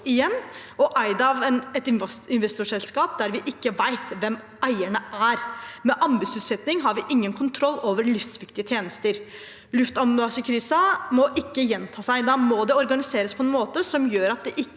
og eid av et investorselskap der vi ikke vet hvem eierne er. Med anbudsutsetting har vi ingen kontroll over livsviktige tjenester. Luftambulansekrisen må ikke gjenta seg. Da må det organiseres på en måte som gjør at det ikke